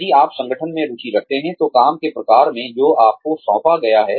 यदि आप संगठन में रुचि रखते हैं तो काम के प्रकार में जो आपको सौंपा गया है